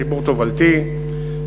חיבור תובלתי.